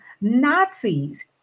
Nazis